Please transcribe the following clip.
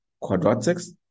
quadratics